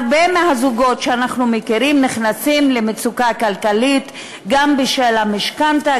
הרבה מהזוגות שאנחנו מכירים נכנסים למצוקה כלכלית גם בשל המשכנתה,